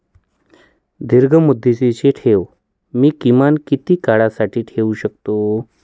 दीर्घमुदतीचे ठेव मी किमान किती काळासाठी ठेवू शकतो?